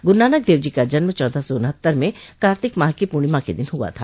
ग्रूनानक देव जी का जन्म चौदह सौ उन्हत्तर में कार्तिक माह की पूर्णिमा के दिन है आ था